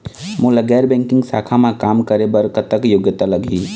मोला गैर बैंकिंग शाखा मा काम करे बर कतक योग्यता लगही?